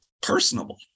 personable